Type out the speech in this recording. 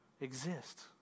exist